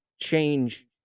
change